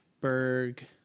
berg